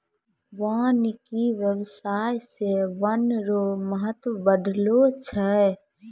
वानिकी व्याबसाय से वन रो महत्व बढ़लो छै